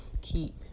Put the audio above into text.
keep